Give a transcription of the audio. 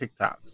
TikToks